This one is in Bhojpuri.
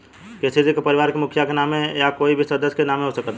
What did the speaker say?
के.सी.सी का परिवार के मुखिया के नावे होई या कोई भी सदस्य के नाव से हो सकेला?